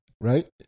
right